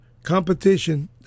competition